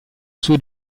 suo